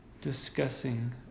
discussing